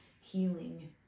healing